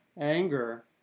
anger